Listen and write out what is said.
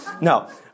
no